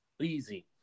Easy